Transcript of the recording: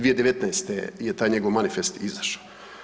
2019. je taj njegov manifest izašao.